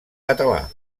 català